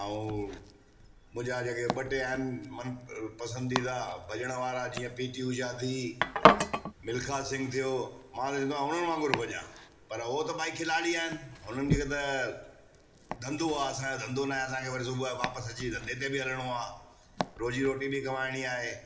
ऐं मुंहिंजा जेका ॿ टे आहिनि मनपसंदीदा भजण वारा जीअं पी टी उषा थी मिलखा सिंह थियो मां चवंदो आहियां उन्हनि वांगुर भजा पर हो त भाई खिलाड़ी आहिनि उन्हनि खे त धंधो आहे असांजो धंधो न आहे असांखे वरी सुबुह जो वापिसि अची धंधे ते बि हलिणो आहे रोजी रोटी बि कमाइणी आहे